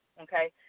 okay